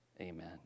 amen